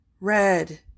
red